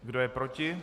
Kdo je proti?